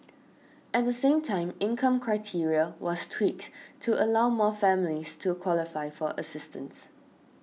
at the same time income criteria was tweaked to allow more families to qualify for assistance